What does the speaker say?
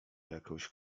jakąś